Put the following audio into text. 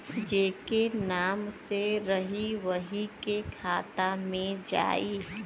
जेके नाम से रही वही के खाता मे जाई